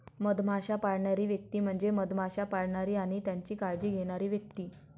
मधमाश्या पाळणारी व्यक्ती म्हणजे मधमाश्या पाळणारी आणि त्यांची काळजी घेणारी व्यक्ती